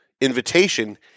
invitation